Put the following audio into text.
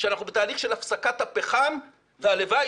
שאנחנו בתהליך של הפסקת הפחם והלוואי